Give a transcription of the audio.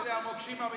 אלה המוקשים האמיתיים.